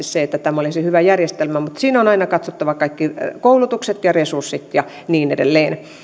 se että tämä olisi hyvä järjestelmä mutta siinä on aina katsottava kaikki koulutukset ja resurssit ja niin edelleen